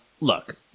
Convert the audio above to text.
look